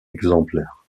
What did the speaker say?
exemplaires